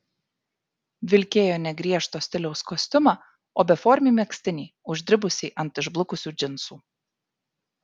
vilkėjo ne griežto stiliaus kostiumą o beformį megztinį uždribusį ant išblukusių džinsų